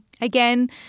again